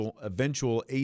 eventual